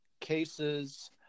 cases